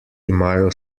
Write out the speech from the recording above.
imajo